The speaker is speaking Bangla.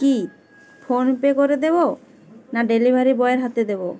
কি ফোনপে করে দেবো না ডেলিভারি বয়ের হাতে দেবো